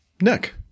Nick